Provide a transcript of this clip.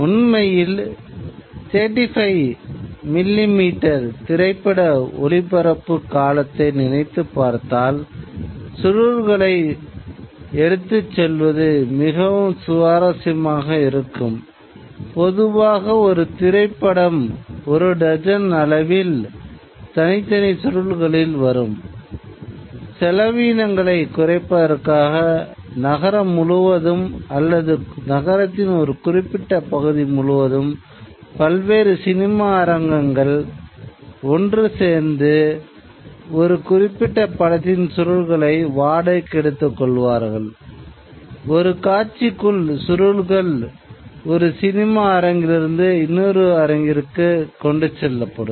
உண்மையில் 35 மிமீ திரைப்பட ஒளிப்பரப்பு காலத்தை நினைத்துப்பார்த்தால் சுருள்களைக் ஒரு சினிமா அரங்கிலிருந்து இன்னொரு அரங்கிற்கு கொண்டு செல்லப்படும்